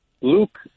Luke